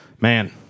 Man